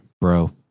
Bro